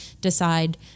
decide